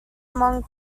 among